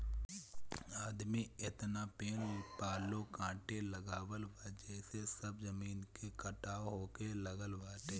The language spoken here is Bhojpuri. आदमी एतना पेड़ पालो काटे लागल बा जेसे सब जमीन के कटाव होखे लागल बाटे